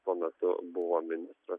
tuo metu buvo ministras